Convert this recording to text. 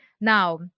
Now